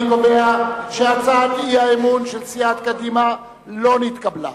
אני קובע שהצעת האי-אמון של סיעת קדימה לא נתקבלה.